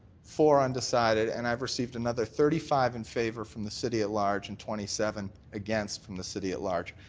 four undecided, and i've received another thirty five in favour from the city at large and twenty seven against from the city at large.